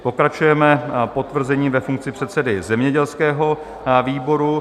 Pokračujeme potvrzením ve funkci předsedy zemědělského výboru.